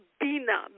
bina